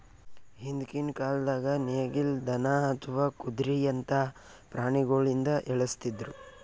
ಹಿಂದ್ಕಿನ್ ಕಾಲ್ದಾಗ ನೇಗಿಲ್, ದನಾ ಅಥವಾ ಕುದ್ರಿಯಂತಾ ಪ್ರಾಣಿಗೊಳಿಂದ ಎಳಸ್ತಿದ್ರು